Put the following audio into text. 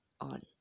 on